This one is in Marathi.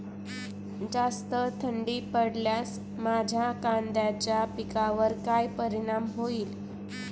जास्त थंडी पडल्यास माझ्या कांद्याच्या पिकावर काय परिणाम होईल?